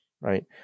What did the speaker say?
right